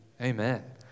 Amen